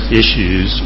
issues